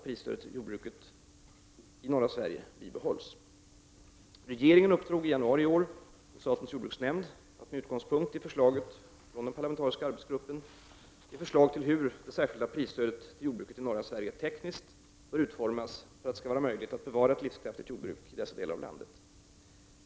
Regeringen uppdrog i januari i år åt statens jordbruksnämnd att med utgångspunkt i förslaget från den parlamentariska arbetsgruppen ge förslag till hur det särskilda prisstödet till jordbruket i norra Sverige tekniskt bör utformas för att det skall vara möjligt att bevara ett livskraftigt jordbruk i dessa delar av landet.